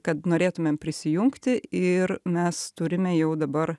kad norėtumėm prisijungti ir mes turime jau dabar